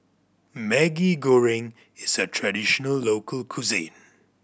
Maggi Goreng is a traditional local cuisine